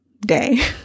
day